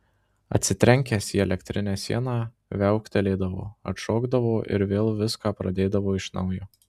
atsitrenkęs į elektrinę sieną viauktelėdavo atšokdavo ir vėl viską pradėdavo iš naujo